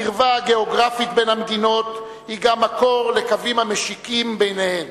הקרבה הגיאוגרפית בין המדינות היא גם המקור לקווים המשיקים ביניהן.